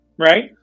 right